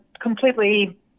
completely